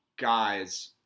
guys